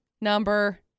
number